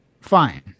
Fine